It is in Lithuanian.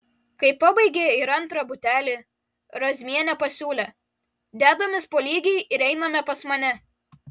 kai pabaigė ir antrą butelį razmienė pasiūlė dedamės po lygiai ir einame pas mane